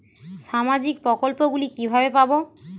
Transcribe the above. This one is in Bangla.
সামাজিক প্রকল্প গুলি কিভাবে পাব?